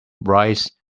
rice